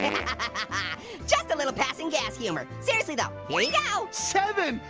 and ah just a little passing gas humor. seriously though, here you go. seven!